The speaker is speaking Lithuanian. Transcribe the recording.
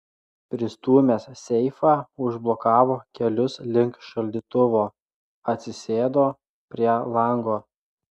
pristūmęs seifą užblokavo kelius link šaldytuvo atsisėdo prie lango